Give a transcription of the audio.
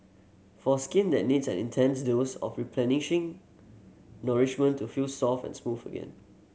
for skin that needs an intense dose of replenishing nourishment to feel soft and smooth again